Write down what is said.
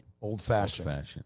old-fashioned